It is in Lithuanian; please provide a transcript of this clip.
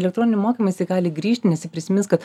elektroninių mokymų jisai gali grįžt nes jį prisimins kad